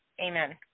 amen